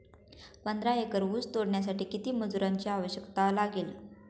पंधरा एकर ऊस तोडण्यासाठी किती मजुरांची आवश्यकता लागेल?